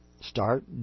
Start